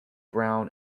brown